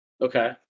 Okay